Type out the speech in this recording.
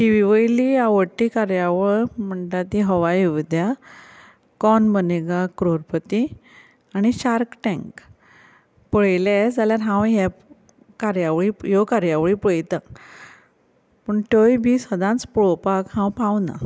T V वयली आवडटी कार्यावळ म्हणटा ती हवा येवु द्या कौन बनेगा करोडपती आनी शार्क टेंक पळयले जाल्यार हांव हे कार्यावळी ह्यो कार्यावळी पळयता पूण त्योय बी सदांच पळोवपाक हांव पावना